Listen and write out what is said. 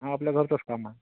हा आपल्या घरचंच काम आहे